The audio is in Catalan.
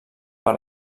per